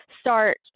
start